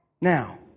Now